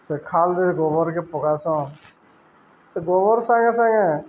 ସେ ଖାଲ୍ରେ ଗୋବର୍କେ ପକାସନ୍ ସେ ଗୋବର୍ ସାଙ୍ଗେ ସାଙ୍ଗେ